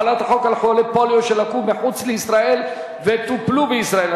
2) (החלת החוק על חולי פוליו שלקו מחוץ לישראל וטופלו בישראל),